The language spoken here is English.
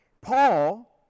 Paul